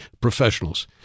professionals